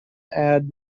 add